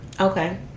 okay